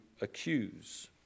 accuse